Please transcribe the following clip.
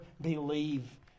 believe